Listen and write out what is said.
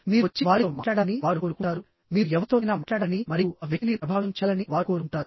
మీరు వచ్చి వారితో మాట్లాడాలని వారు కోరుకుంటారు మీరు ఎవరితోనైనా మాట్లాడాలని మరియు ఆ వ్యక్తిని ప్రభావితం చేయాలని వారు కోరుకుంటారు